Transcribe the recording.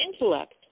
intellect